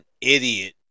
idiot